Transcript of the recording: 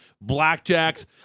blackjacks